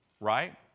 right